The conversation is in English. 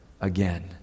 again